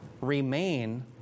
remain